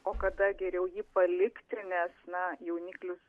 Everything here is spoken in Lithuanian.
o kada geriau jį palikti nes na jauniklius